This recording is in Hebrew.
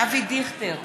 אבי דיכטר,